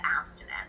abstinent